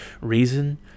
reason